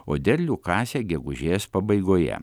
o derlių kasė gegužės pabaigoje